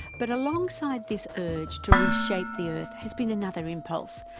but alongside this urge to reshape the earth has been another impulse,